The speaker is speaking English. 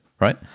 right